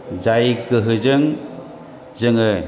जाय गोहोजों जोङो